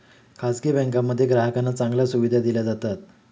खासगी बँकांमध्ये ग्राहकांना चांगल्या सुविधा दिल्या जातात